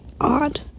odd